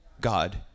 God